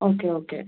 okay okay